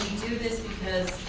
do this because